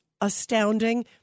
astounding